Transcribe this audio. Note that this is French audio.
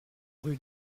rue